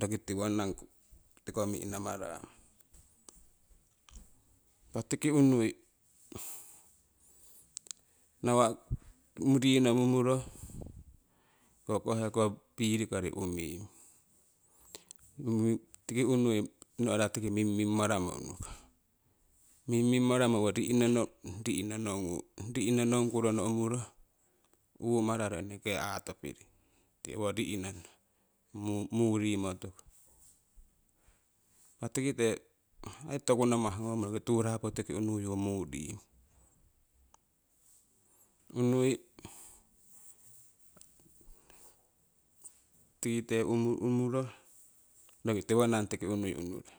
roki tiwoninang tiko mihnamarang. Impah tiki unui nawa' rino ummuro owo koh heko fieldkori umming tiki unui no'ra tiki mingmingmaramo unnure mingmingmaramo owo ri'nonong ku rono umuro uumararo eneke aatopiring ti owo rihnnono muurimo tuuku impa tikiteko ai tokunamah ngommo roki tuurapu tiiki unuuyu muuring unnuii tikite ummuro roki tiwoninang tiki unnui unure